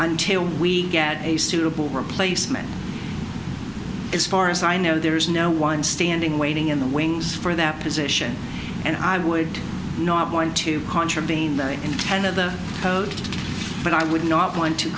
until we get a suitable replacement as far as i know there is no one standing waiting in the wings for that position and i would not want to contravene the intent of the code but i would not want to